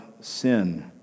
sin